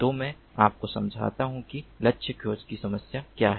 तो मैं आपको समझाता हूं कि लक्ष्य खोज की समस्या क्या है